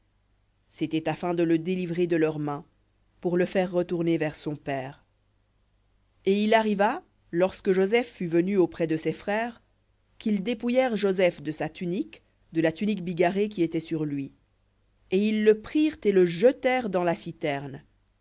afin de le délivrer de leurs mains pour le faire retourner vers son père et il arriva lorsque joseph fut venu auprès de ses frères qu'ils dépouillèrent joseph de sa tunique de la tunique bigarrée qui était sur lui et ils le prirent et le jetèrent dans la citerne